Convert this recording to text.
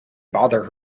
bother